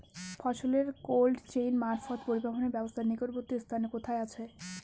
ফসলের cold chain মারফত পরিবহনের ব্যাবস্থা নিকটবর্তী স্থানে কোথায় আছে?